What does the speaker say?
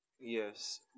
yes